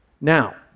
Now